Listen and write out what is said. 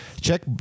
check